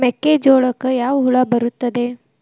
ಮೆಕ್ಕೆಜೋಳಕ್ಕೆ ಯಾವ ಹುಳ ಬರುತ್ತದೆ?